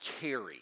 carry